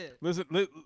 listen